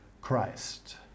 Christ